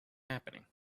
happening